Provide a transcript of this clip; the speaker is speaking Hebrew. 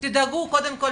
תדאגו קודם כל,